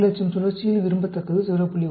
400000 சுழற்சியில் விரும்பத்தக்கது 0